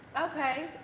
Okay